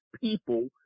people